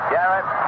Garrett